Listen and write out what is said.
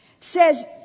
says